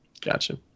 Gotcha